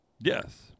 Yes